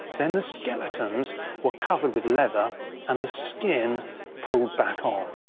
then, the skeletons were covered with leather and the skin pulled back on.